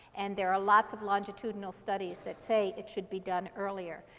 and there are lots of longitudinal studies that say it should be done earlier.